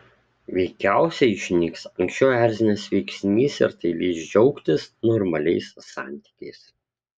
veikiausiai išnyks anksčiau erzinęs veiksnys ir tai leis džiaugtis normaliais santykiais